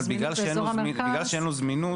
אבל בגלל שאין לו זמינות,